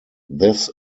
this